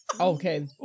Okay